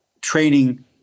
training